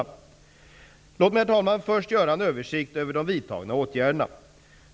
Herr talman! Låt mig först göra en översikt över de vidtagna åtgärderna.